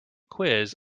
quiz